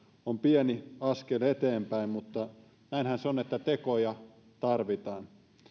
on pieni askel eteenpäin mutta näinhän se on että tekoja tarvitaan